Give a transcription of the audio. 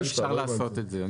אבל אי אפשר לעשות את זה,